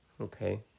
Okay